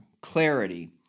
clarity